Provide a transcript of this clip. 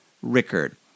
Rickard